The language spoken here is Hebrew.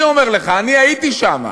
אני אומר לך, אני הייתי שם.